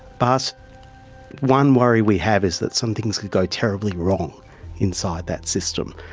but one worry we have is that some things could go terribly wrong inside that system,